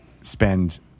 spend